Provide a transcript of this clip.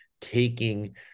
taking